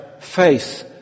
faith